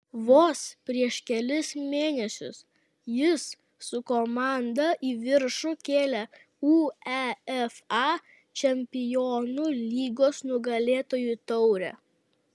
vos prieš kelis mėnesius jis su komanda į viršų kėlė uefa čempionų lygos nugalėtojų taurę